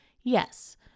yes